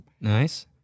Nice